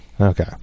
Okay